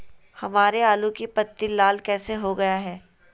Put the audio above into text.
हमारे आलू की पत्ती लाल कैसे हो गया है?